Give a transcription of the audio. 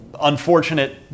unfortunate